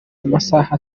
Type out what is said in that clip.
amasaha